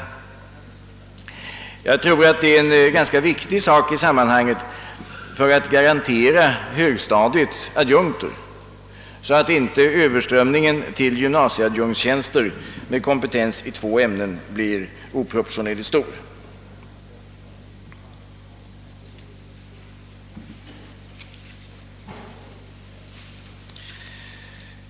Jag tror att det är en ganska viktig sak i sammanhanget för att garantera högstadiet adjunkter, så att inte överströmningen till gymnasieadjunktstjänster med kompetens i två ämnen blir oproportionerligt stor.